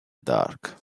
dark